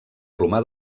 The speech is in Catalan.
romà